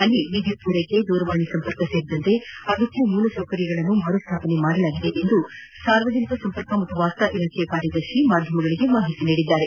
ಅಲ್ಲಿ ವಿದ್ಯುತ್ ಪೂರೈಕೆ ದೂರವಾಣಿ ಸಂಪರ್ಕ ಸೇರಿದಂತೆ ಅಗತ್ಯ ಮೂಲಸೌಕರ್ಗಳನ್ನು ಮರು ಸ್ಥಾಪನೆ ಮಾಡಲಾಗಿದೆ ಎಂದು ಸಾರ್ವಜನಿಕ ಸಂಪರ್ಕ ಹಾಗೂ ವಾರ್ತಾ ಇಲಾಖೆಯ ಕಾರ್ಯದರ್ಶಿ ಮಾಧ್ಯಮಗಳಿಗೆ ಮಾಹಿತಿ ನೀಡಿದ್ದಾರೆ